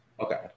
Okay